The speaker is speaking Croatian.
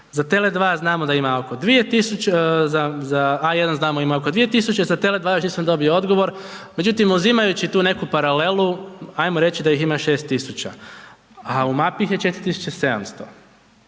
za A1 znamo da ima oko 2000, za Tele2 još nisam dobio odgovor međutim uzimajući tu neku paralelu, ajmo reći da ih ima 6000 a u mapi ih 4700.